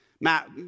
Matt